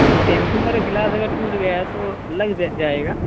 یہ temper glass اگر ٹوٹ گیا ہے تو لگ جائے گا